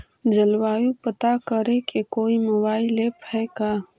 जलवायु पता करे के कोइ मोबाईल ऐप है का?